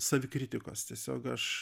savikritikos tiesiog aš